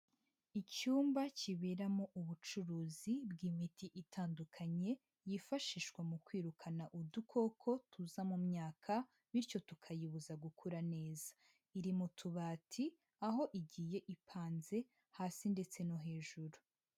Icyumba kiberamo ubucuruzi bw'imiti itandukanye yifashishwa mu kwirukana udukoko tuza mu myaka bityo tukayibuza gukura neza, iri mu tubati aho igiye ipanze hasi ndetse no hejuru.